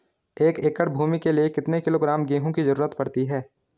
एक एकड़ भूमि के लिए कितने किलोग्राम गेहूँ की जरूरत पड़ती है?